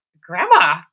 grandma